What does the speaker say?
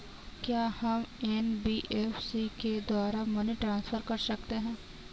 क्या हम एन.बी.एफ.सी के द्वारा मनी ट्रांसफर कर सकते हैं?